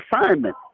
assignment